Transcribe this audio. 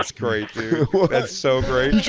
that's great, dude. what? that's so great.